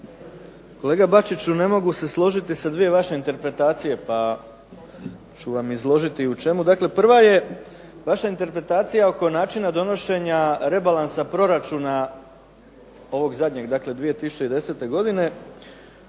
Kolega Bačiću ne mogu se složiti sa dvije vaše interpretacije, pa ću vam izložiti u čemu. Dakle prva je vaša interpretacija oko načina donošenja rebalansa proračuna ovog zadnjeg, dakle 2010. godine,